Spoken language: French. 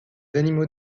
animaux